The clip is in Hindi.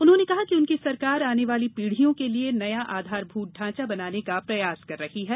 उन्होंने कहा कि उनकी सरकार आने वाली पीढ़ियों के लिए नया आधारभूत ढांचा बनाने का प्रयास कर रही है